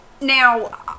now